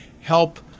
help